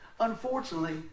Unfortunately